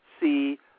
see